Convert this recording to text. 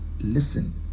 Listen